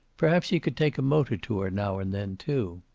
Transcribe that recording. perhaps he could take a motor-tour now and then, too.